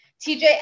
TJ